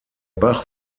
bach